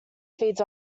feeds